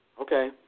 Okay